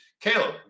Caleb